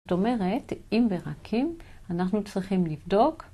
זאת אומרת, אם ברכים, אנחנו צריכים לבדוק.